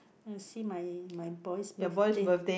I see my my boy's birthday